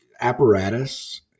apparatus